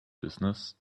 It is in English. business